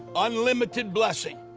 unlimited blessing.